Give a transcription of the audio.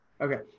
Okay